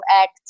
act